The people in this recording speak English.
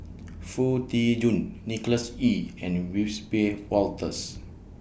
Foo Tee Jun Nicholas Ee and Wiss Be Wolters